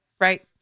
right